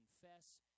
confess